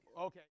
Okay